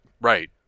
Right